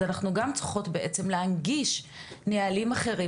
אז אנחנו גם צריכות בעצם להנגיש נהלים אחרים